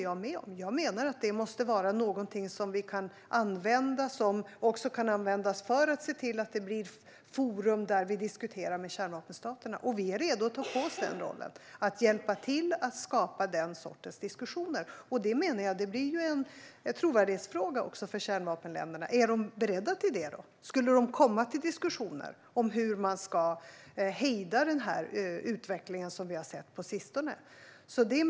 Jag menar att den också ska användas för att skapa forum där vi diskuterar med kärnvapenstaterna. Vi är redo att ta på oss rollen att skapa den sortens diskussioner. Det blir en trovärdighetsfråga för kärnvapenländerna. Är de beredda? Skulle de komma till diskussioner om hur utvecklingen som har synts på sistone ska hejdas?